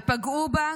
ופגעו בה,